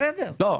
בסדר,